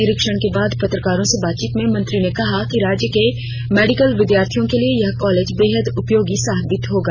निरीक्षण के बाद पत्रकारों से बातचीत में मंत्री ने कहा कि राज्य के मेडिकल विद्यार्थियों के लिए यह कॉलेज बेहद उपयोगी साबित होगा